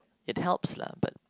it helps lah but